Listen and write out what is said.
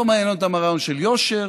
לא מעניין אותם הרעיון של יושר.